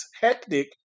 hectic